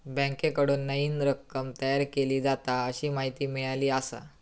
बँकेकडून नईन रक्कम तयार केली जाता, अशी माहिती मिळाली आसा